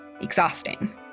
Exhausting